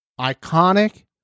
Iconic